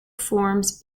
forms